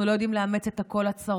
אנחנו לא יודעים לאמץ את הקול הצרוד,